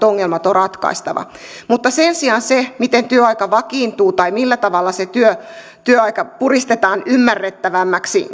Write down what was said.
ongelmat on ratkaistava mutta sen sijaan siihen miten työaika vakiintuu tai millä tavalla se työaika puristetaan ymmärrettävämmäksi